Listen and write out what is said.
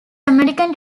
american